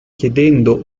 chiedendo